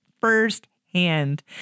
firsthand